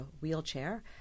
wheelchair